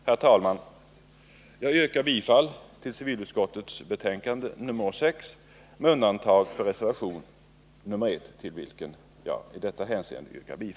Herr talman! Jag yrkar bifall till civilutskottets hemställan i dess betänkande nr 6, med undantag för punkt 6 där jag yrkar bifall till reservationen 1.